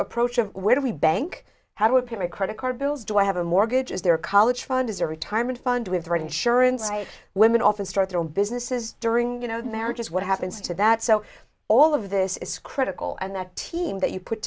approach of where do we bank how do appear a credit card bills do i have a mortgage is there a college fund is a retirement fund with the right insurance women often start their own businesses during you know the marriages what happens to that so all of this is critical and that team that you put